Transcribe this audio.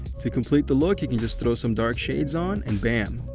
to complete the look, you can just throw some dark shades on, and bam,